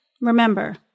remember